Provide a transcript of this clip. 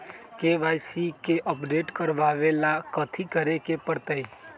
KYC के update करवावेला कथि करें के परतई?